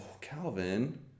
Calvin